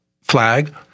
flag